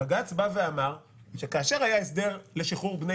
בג"ץ בא ואמר שכאשר היה הסדר לשחרור בני